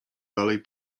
dalej